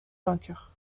vainqueur